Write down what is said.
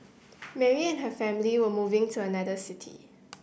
Mary and her family were moving to another city